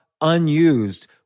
unused